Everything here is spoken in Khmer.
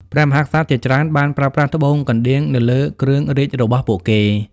ព្រះមហាក្សត្រជាច្រើនបានប្រើប្រាស់ត្បូងកណ្ដៀងនៅលើគ្រឿងរាជរបស់ពួកគេ។